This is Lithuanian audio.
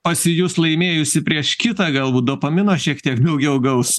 pasijus laimėjusi prieš kitą galbūt dopamino šiek tiek daugiau gaus